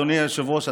אדוני היושב-ראש,